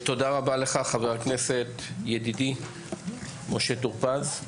תודה רבה לך, חבר הכנסת, ידידי, משה טור פז.